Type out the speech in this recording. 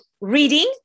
reading